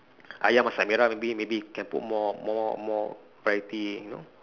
ayam masak merah maybe maybe can put more more more variety you know